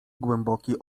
głęboki